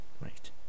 right